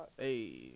Hey